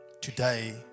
Today